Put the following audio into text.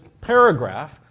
paragraph